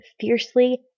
fiercely